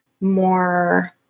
more